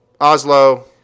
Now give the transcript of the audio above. Oslo